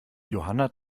johanna